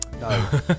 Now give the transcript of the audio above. No